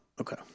Okay